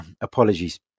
Apologies